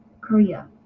Korea